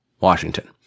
Washington